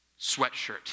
sweatshirt